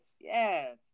yes